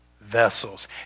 vessels